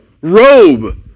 Robe